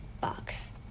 box